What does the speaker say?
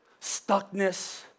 stuckness